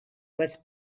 was